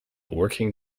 working